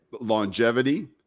longevity